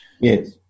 yes